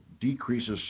decreases